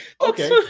Okay